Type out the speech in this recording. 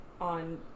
on